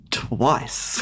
twice